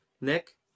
nick